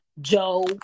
Joe